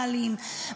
מעלים,